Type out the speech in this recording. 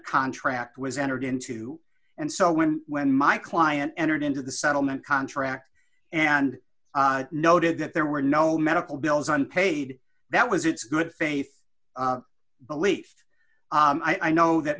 contract was entered into and so when when my client entered into the settlement contract and noted that there were no medical bills unpaid that was it's good faith belief i know that